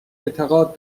اعتقاد